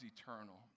eternal